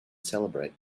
celebrate